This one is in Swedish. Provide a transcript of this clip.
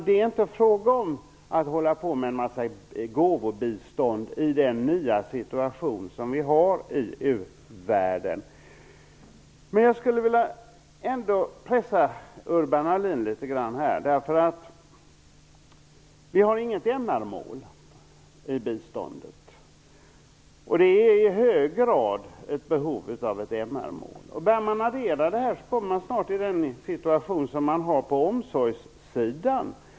Det är inte fråga om att man ger en massa gåvobistånd i den nya situation som vi har i uvärlden. Jag skulle vilja pressa Urban Ahlin litet grand. Det finns inget MR-mål när det gäller biståndet. Det finns i hög grad ett behov av ett MR-mål. Om man börjar addera detta kommer man snart till den situation som finns på omsorgssidan.